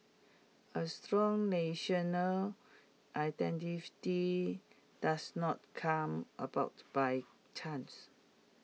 A strong national identity does not come about by chance